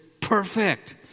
perfect